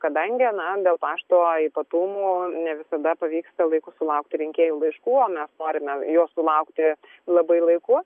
kadangi na dėl pašto ypatumų ne visada pavyksta laiku sulaukti rinkėjų laiškų o mes norime jų sulaukti labai laiku